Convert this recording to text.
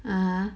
(uh huh)